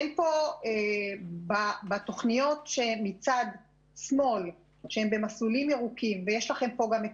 אין בתוכניות שהן במסלולים ירוקים ויש לכם פה גם את